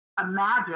Imagine